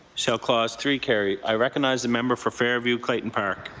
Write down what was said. shall clause three carry i recognize the member for fairview clayton park.